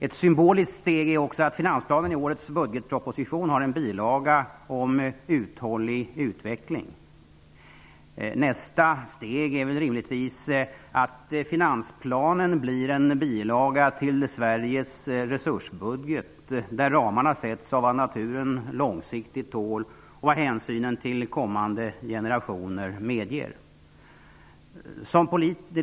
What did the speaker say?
Ett symboliskt steg är också att finansplanen i årets budgetproposition har en bilaga om uthållig utveckling. Nästa steg är rimligtvis att finansplanen blir en bilaga till Sveriges resursbudget, där ramarna sätts av vad naturen långsiktigt tål och vad hänsynen till kommande generationer medger.